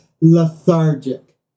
lethargic